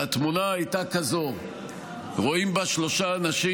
והתמונה הייתה כזאת: רואים בה שלושה אנשים,